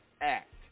act